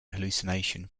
hallucination